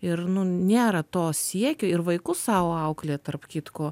ir nu nėra to siekio ir vaikus savo auklėja tarp kitko